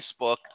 Facebook